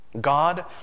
God